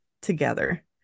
together